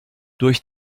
durch